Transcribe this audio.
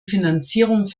finanzierung